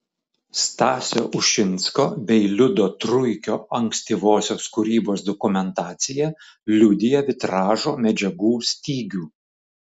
stasio ušinsko bei liudo truikio ankstyvosios kūrybos dokumentacija liudija vitražo medžiagų stygių